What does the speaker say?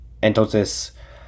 entonces